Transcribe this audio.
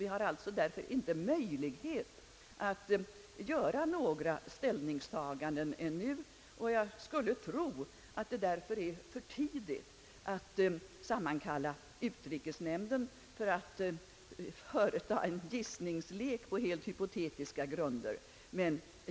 Vi har därför inte möjlighet att göra några ställningstaganden ännu. Jag skulle tro att det därför är för tidigt att sammankalla utrikesnämnden för att företa vad som endast kan bli en gissningslek på helt hypotetiska grunder.